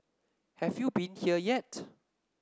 have you been here yet